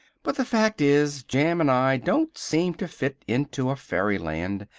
but the fact is, jim and i don't seem to fit into a fairyland,